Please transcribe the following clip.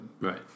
right